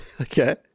Okay